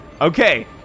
okay